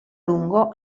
lungo